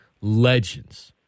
legends